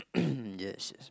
yes yes